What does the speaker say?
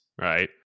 right